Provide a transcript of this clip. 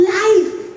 life